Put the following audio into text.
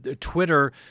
Twitter